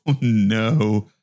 No